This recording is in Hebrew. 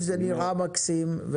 זה נראה מקסים.